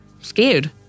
scared